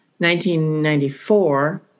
1994